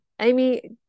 amy